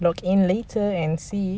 log in later and see